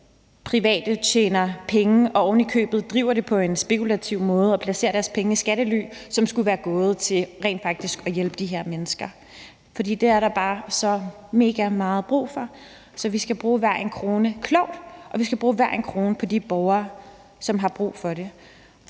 private tjener penge og ovenikøbet driver det på en spekulativ måde og placerer deres penge i skattely, som skulle være gået til rent faktisk at hjælpe de her mennesker. For det er der bare så mega meget brug for, så vi skal bruge hver en krone klogt, og vi skal bruge hver en krone på de borgere, som har brug for det.